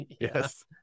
yes